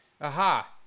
aha